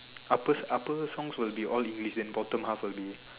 upper upper songs will be all English and bottom half will be